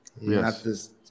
yes